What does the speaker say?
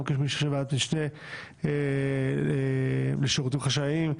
גם כמי שיושב בוועדת המשנה לשירותים חשאיים,